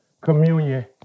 communion